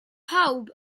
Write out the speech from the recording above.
pawb